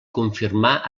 confirmà